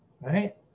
right